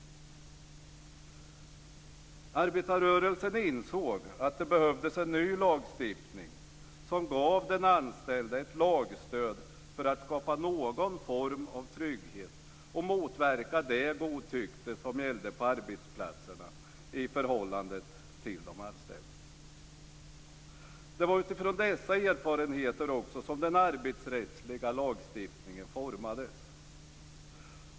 Arbetarrörelsen insåg att det behövdes en ny lagstiftning som gav den anställde ett lagstöd för att skapa någon form av trygghet och motverka det godtycke som gällde på arbetsplatserna i förhållande till de anställda. Det var utifrån dessa erfarenheter som den arbetsrättsliga lagstiftningen formades.